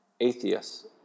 atheists